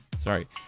Sorry